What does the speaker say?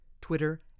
Twitter